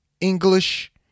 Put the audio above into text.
English